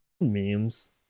Memes